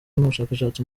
n’ubushakashatsi